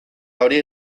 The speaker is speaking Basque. hori